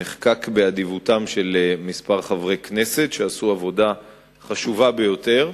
שנחקק באדיבותם של כמה חברי כנסת שעשו עבודה חשובה ביותר,